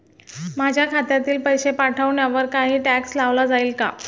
माझ्या खात्यातील पैसे पाठवण्यावर काही टॅक्स लावला जाईल का?